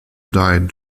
died